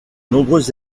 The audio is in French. nombreuses